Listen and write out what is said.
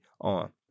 on